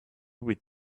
with